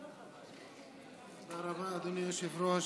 תודה רבה, אדוני היושב-ראש,